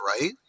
right